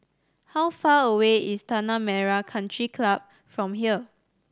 how far away is Tanah Merah Country Club from here